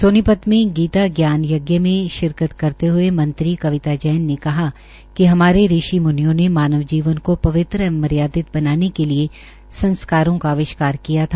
सोनीपत में गीता जान यज्ञ में शिरकत करते हये मंत्री कविता जैन ने कहा कि हमारे ऋषिम्नियों ने मानव जीवन को पवित्र एवं मर्यादित बनाने के लिये संस्कारों का आविष्कार किया था